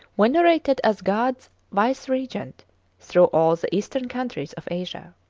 venerated as god's vice-regent through all the eastern countries of asia.